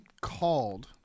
called